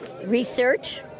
research